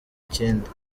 kindi